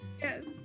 yes